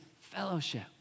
Fellowship